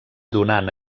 donant